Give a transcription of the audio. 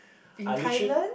I literally